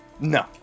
No